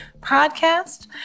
podcast